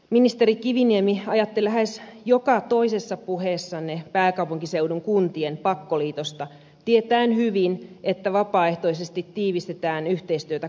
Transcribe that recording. ministeri kiviniemi ajatte lähes joka toisessa puheessanne pääkaupunkiseudun kuntien pakkoliitosta tietäen hyvin että vapaaehtoisesti tiivistetään yhteistyötä koko ajan